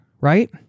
right